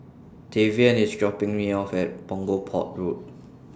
Tavian IS dropping Me off At Punggol Port Road